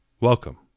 Welcome